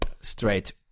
straight